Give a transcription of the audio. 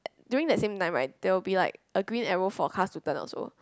during that same time right there will be like a green arrow for cars to turn also